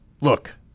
look